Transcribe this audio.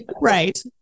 Right